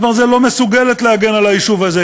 ברזל" לא מסוגלת להגן על היישוב הזה,